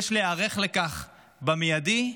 יש להיערך לכך במיידי.